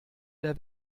der